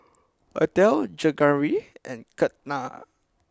Atal Jehangirr and Ketna